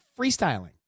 freestyling